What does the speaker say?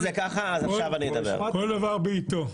כל דבר בעיתו.